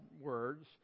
words